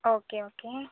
okay okay